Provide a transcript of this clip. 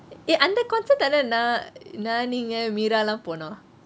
eh அந்த:antha concert தானே நான் நான் நீங்க மீரா எல்லாம் போனோம்:taaneh naan neengeh meera ellam ponom